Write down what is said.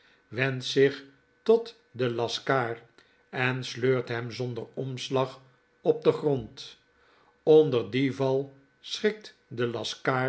wendt zich tot den laskaar en sleurt hem zonder omslag op den grond onder dien val schrikt de